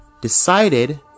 decided